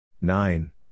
Nine